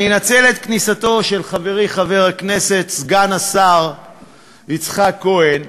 אני אנצל את כניסתו של חברי חבר הכנסת סגן השר יצחק כהן,